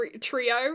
trio